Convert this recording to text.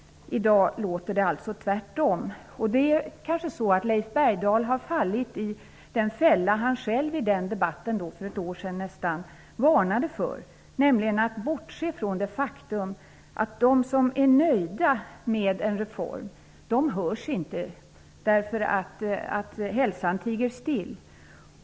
I dag låter det alltså tvärtom. Kanske Leif Bergdahl har fallit i den fälla som han själv i debatten för nästan ett år sedan varnade för, nämligen att bortse från det faktum att de som är nöjda med en reform inte hörs, eftersom hälsan tiger still.